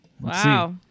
Wow